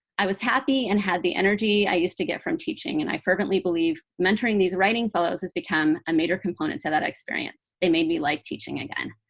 i was happy and had the energy i used to get from teaching, and i fervently believe mentoring these writing fellows has become a major component to that experience. they made me like teaching again.